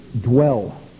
dwell